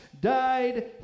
died